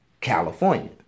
California